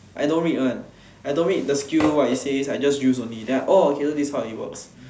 I don't read one I don't read the skill what it says I just use only then orh okay this is how it works